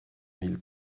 mille